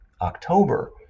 October